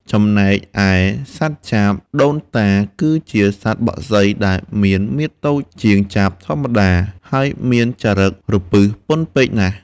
ចំណែកឯសត្វចាបដូនតា គឺជាសត្វបក្សីដែលមានមាឌតូចជាងចាបធម្មតា និងមានចរិតរពឹសពន់ពេកណាស់។